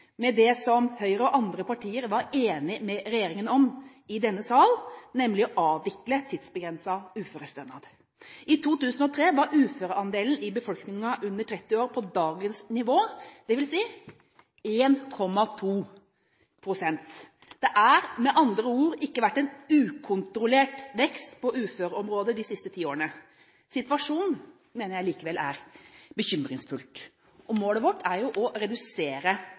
med det som Høyre og andre partier var enige med regjeringen om i denne salen, nemlig å avvikle tidsbegrenset uførestønad. I 2003 var uføreandelen i befolkningen under 30 år på dagens nivå, det vil si 1,2 pst. Det har med andre ord ikke vært en ukontrollert vekst på uføreområdet de siste ti årene. Situasjonen mener jeg likevel er bekymringsfull. Målet vårt er jo å redusere